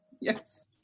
Yes